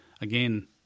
again